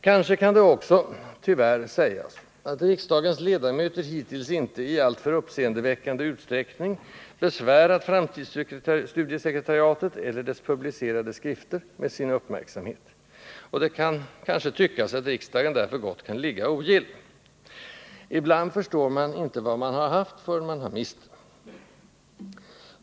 Kanske kan det också — tyvärr — sägas att riksdagens ledamöter hittills inte i alltför uppseendeväckande utsträckning besvärat framtidsstudiesekretariatet eller dess publicerade skrifter med sin uppmärksamhet, och det kan kanske tyckas att riksdagen därför gott kan ligga ogill, Ibland förstår man inte vad man har haft förrän man har mist det.